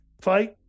fight